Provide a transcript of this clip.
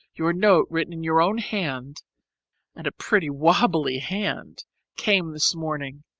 your note written in your own hand and a pretty wobbly hand came this morning.